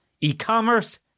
e-commerce